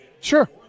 Sure